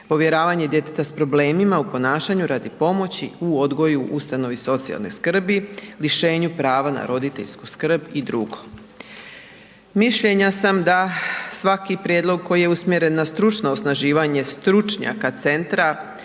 povjeravanje djeteta s problemima u ponašanju radi pomoći u odgoju u ustanovi socijalne skrbi, rješenju prava na roditeljsku skrb i dr. Mišljenja sam da svaki prijedlog koji je usmjeren na stručno osnaživanje stručnjaka centra